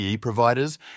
providers